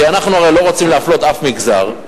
כי אנחנו הרי לא רוצים להפלות אף מגזר,